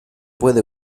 puede